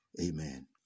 Amen